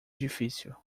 difícil